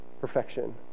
perfection